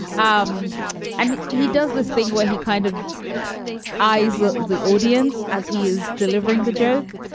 um and he does this thing where he kind of eyes the the audience as he is delivering the joke.